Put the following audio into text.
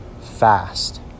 fast